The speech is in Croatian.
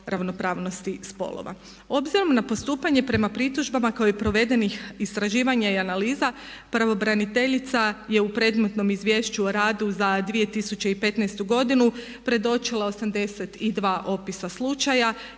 ravnopravnosti spolova. Obzirom na postupanje prema pritužbama koje provedenih istraživanja i analiza pravobraniteljica je u predmetnom izvješću o radu za 2015.predločila 82 opisa slučaja